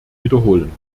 wiederholen